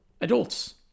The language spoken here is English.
adults